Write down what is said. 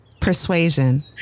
Persuasion